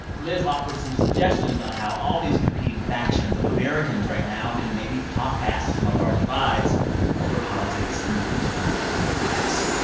offers some suggestions on how all these competing factions of americans right now can maybe talk past some of our divides over politics and region and class.